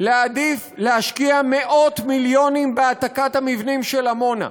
להעדיף להשקיע מאות מיליונים בהעתקת המבנים של עמונה,